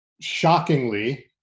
shockingly